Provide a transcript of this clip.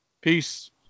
Peace